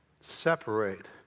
separate